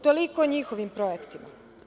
Toliko o njihovim projektima.